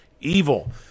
evil